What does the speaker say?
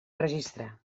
registrar